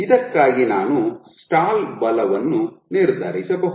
ಇದಕ್ಕಾಗಿ ನಾನು ಸ್ಟಾಲ್ ಬಲವನ್ನು ನಿರ್ಧರಿಸಬಹುದು